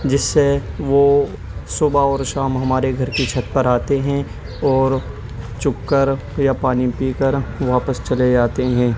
جس سے وہ صبح اور شام ہمارے گھر کی چھت پر آتے ہیں اور چگ کر یا پانی پی کر واپس چلے جاتے ہیں